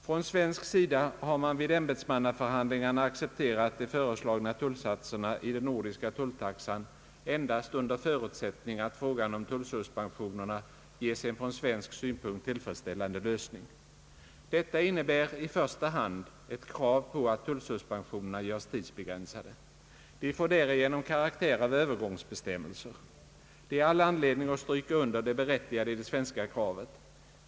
Från svensk sida har man vid ämbetsmannaförhandlingarna «accepterat de föreslagna tullsatserna i den nordiska tulltaxan endast under förutsättning att frågan om tullsuspensionerna ges en från svensk synpunkt tillfredsställande lösning. Detta innebär i första hand ett krav på att tullsuspensionerna görs tidsbegränsade. De får därigenom karaktär av Öövergångsbestämmelser. Det är all anledning att stryka under det berättigade i det svenska kravet.